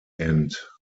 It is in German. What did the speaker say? end